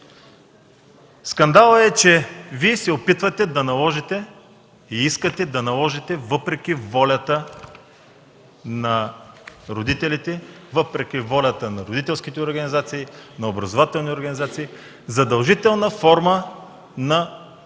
Скандалът е, че Вие се опитвате и искате да наложите, въпреки волята на родителите, въпреки волята на родителските организации, на образователни организации, задължителна форма на подготовка